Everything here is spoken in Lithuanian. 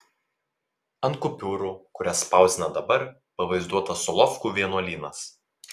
ant kupiūrų kurias spausdina dabar pavaizduotas solovkų vienuolynas